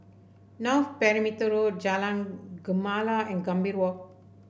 North Perimeter Road Jalan Gemala and Gambir Walk